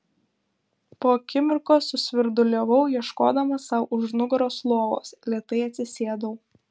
po akimirkos susvirduliavau ieškodama sau už nugaros lovos lėtai atsisėdau